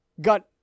got